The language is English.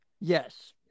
Yes